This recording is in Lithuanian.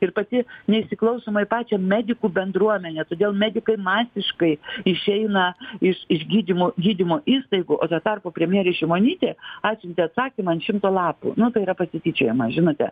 ir pati neįsiklausoma į pačią medikų bendruomenę todėl medikai masiškai išeina iš iš gydymo gydymo įstaigų o tuo tarpu premjerė šimonytė atsiuntė atsakymą an šimto lapų nu tai yra pasityčiojamas žinote